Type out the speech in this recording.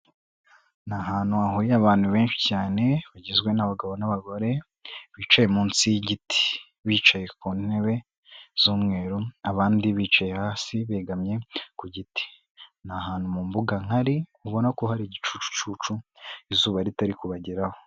Ni ahantu hahuriye abantu benshi cyane, bagizwe abagabo n'abagore, bicaye munsi y'igiti bicaye ku ntebe z'umweru, abandi bicaye hasi begamye ku giti. Ni ahantu mu mbuga ngari ubona ko hari igicucucu, izuba ritari kubageraho.